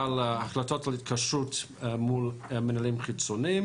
החלטות על התקשרות מול מנהלים חיצוניים